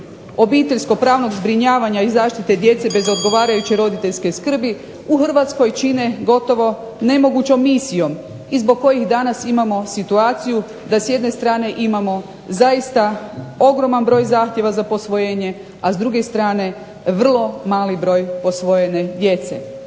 obiteljsko pravnog zbrinjavanja i zaštite djece bez odgovarajuće roditeljske skrbi u Hrvatskoj čine gotovo nemogućom misijom i zbog kojih danas imamo situaciju da s jedne strane imamo zaista ogroman broj zahtjeva za posvojenje, a s druge strane vrlo mali broj posvojene djece.